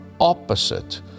opposite